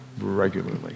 regularly